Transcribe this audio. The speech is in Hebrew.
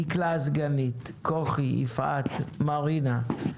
דקלה הסגנית, כוכי, יפעת, מרינה.